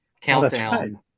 countdown